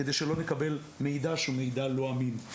כדי שלא נקבל מידע שהוא מידע לא אמין.